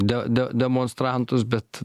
de de demonstrantus bet